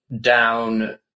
down